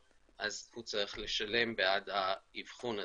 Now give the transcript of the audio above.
אז הוא צריך לשלם בעד האבחון הזה.